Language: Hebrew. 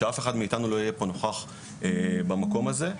כשאף אחד מאתנו לא יהיה פה נוכח במקום הזה.